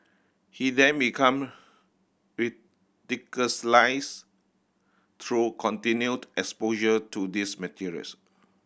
he then become through continued exposure to these materials